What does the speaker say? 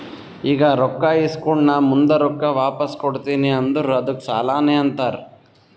ಈಗ ರೊಕ್ಕಾ ಇಸ್ಕೊಂಡ್ ನಾ ಮುಂದ ರೊಕ್ಕಾ ವಾಪಸ್ ಕೊಡ್ತೀನಿ ಅಂದುರ್ ಅದ್ದುಕ್ ಸಾಲಾನೇ ಅಂತಾರ್